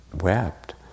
wept